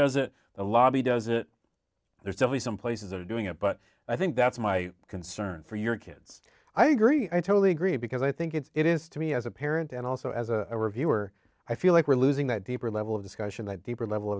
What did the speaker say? doesn't the lobby does it there's always some places are doing it but i think that's my concern for your kids i agree i totally agree because i think it's it is to me as a parent and also as a viewer i feel like we're losing that deeper level of discussion that deeper level